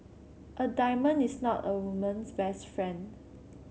a diamond is not a woman's best friend